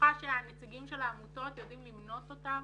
בטוחה שהנציגים של העמותות יודעים למנות אותם